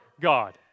God